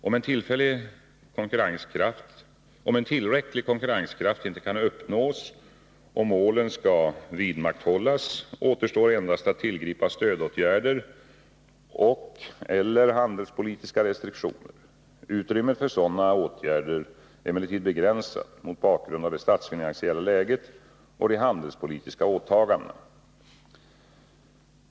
Om en tillräcklig konkurrenskraft inte kan uppnås och målen skall vidmakthållas, återstår endast att tillgripa stödåtgärder och/eller handelspolitiska restriktioner. Utrymmet för sådana åtgärder är emellertid begränsat mot bakgrund av det statsfinansiella läget och de handelspolitiska åtagandena.